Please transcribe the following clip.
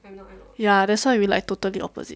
ya that's why we like totally opposite